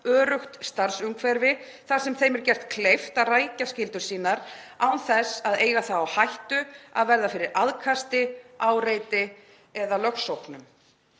öruggt starfsumhverfi þar sem þeim er gert kleift að rækja skyldur sínar án þess að eiga það á hættu að verða fyrir aðkasti, áreiti eða lögsóknum.